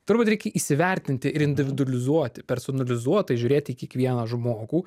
turbūt reikia įsivertinti ir individualizuoti personalizuotai žiūrėti į kiekvieną žmogų